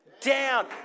down